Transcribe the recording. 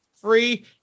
free